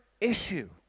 issue